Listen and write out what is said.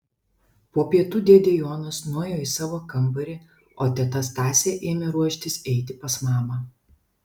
po pietų dėdė jonas nuėjo į savo kambarį o teta stasė ėmė ruoštis eiti pas mamą